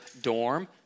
dorm